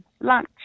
lunch